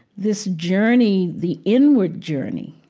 this journey, the inward journey,